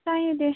जायो दे